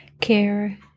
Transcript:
care